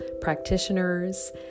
practitioners